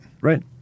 right